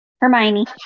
Hermione